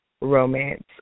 romance